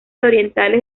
orientales